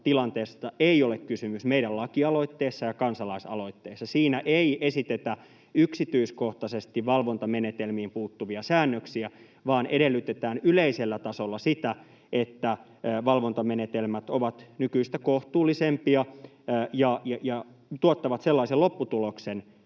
ei ole kysymys meidän lakialoitteessamme ja kansalaisaloitteessa. Niissä ei esitetä yksityiskohtaisesti valvontamenetelmiin puuttuvia säännöksiä vaan edellytetään yleisellä tasolla sitä, että valvontamenetelmät ovat nykyistä kohtuullisempia ja tuottavat sellaisen lopputuloksen,